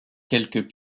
quelques